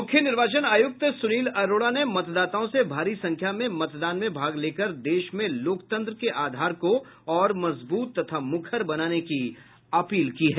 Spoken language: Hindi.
मुख्य निर्वाचन आयुक्त सुनील अरोड़ा ने मतदाताओं से भारी संख्या में मतदान में भाग लेकर देश में लोकतंत्र के आधार को और मजबूत तथा मुखर बनाने की अपील की है